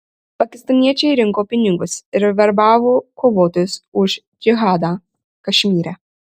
pakistaniečiai rinko pinigus ir verbavo kovotojus už džihadą kašmyre